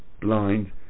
blind